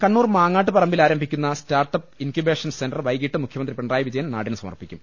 കണ്ണൂർ മാങ്ങാട്ട് പറമ്പിൽ ആരംഭിക്കുന്ന start up incubation centre വൈകീട്ട് മുഖ്യമന്ത്രി പിണറായി വിജയൻ നാടിന് സമർപ്പിക്കും